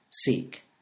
Seek